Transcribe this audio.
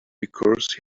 because